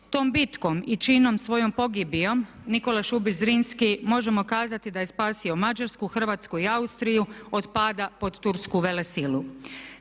Tom bitkom i činom svoje pogibije Nikola Šubić Zrinski možemo kazati da je spasio Mađarsku, Hrvatsku i Austriju od pada pod tursku velesilu.